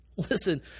Listen